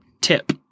tip